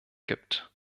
gibt